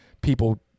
people